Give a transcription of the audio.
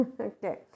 okay